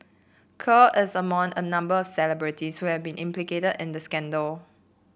Kerr is among a number of celebrities who have been implicated in the scandal